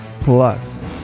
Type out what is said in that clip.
plus